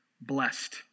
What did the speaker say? blessed